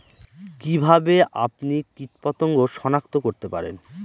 কিভাবে আপনি কীটপতঙ্গ সনাক্ত করতে পারেন?